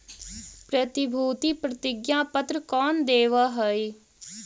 प्रतिभूति प्रतिज्ञा पत्र कौन देवअ हई